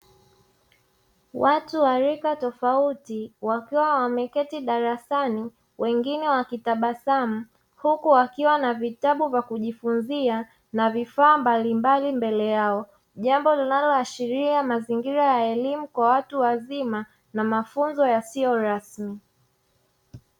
Watu wa rika tofauti wakiwa wameketi darasani, wengine wakitabasamu huku wakiwa na vitabu vya kujifunzia na vifaa mbalimbali mbele yao, jambo linalo ashiria elimu kwa watu wazima na mafunzo yasioyo rasmi.